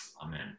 Amen